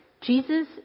Jesus